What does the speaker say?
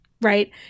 right